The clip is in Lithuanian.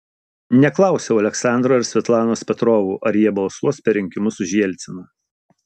neklausiau aleksandro ir svetlanos petrovų ar jie balsuos per rinkimus už jelciną